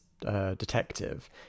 detective